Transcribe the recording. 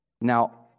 Now